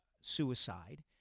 suicide